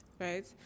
right